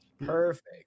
Perfect